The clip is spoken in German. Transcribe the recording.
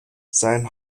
sein